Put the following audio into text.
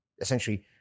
essentially